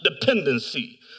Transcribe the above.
dependency